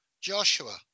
Joshua